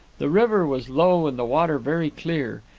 the river was low and the water very clear.